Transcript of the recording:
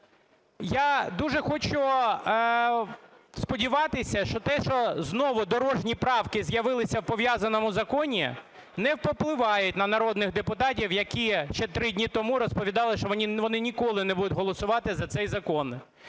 Я дуже хочу сподіватися, що те, що знову дорожні правки з'явилися у пов'язаному законі, не повпливають на народних депутатів, які ще три дні тому розповідали, що вони ніколи не будуть голосувати за цей закон.